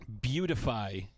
beautify